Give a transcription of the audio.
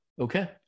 Okay